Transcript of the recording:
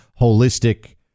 holistic